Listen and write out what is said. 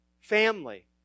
family